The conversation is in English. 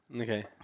Okay